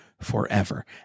forever